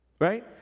right